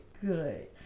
good